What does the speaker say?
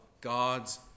God's